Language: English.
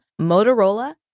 Motorola